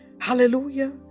hallelujah